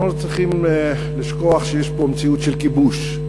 אנחנו לא צריכים לשכוח שיש פה מציאות של כיבוש.